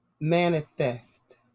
manifest